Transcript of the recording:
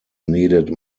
needed